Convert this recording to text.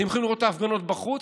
אתם יכולים לראות את ההפגנות בחוץ,